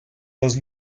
dos